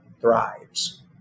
thrives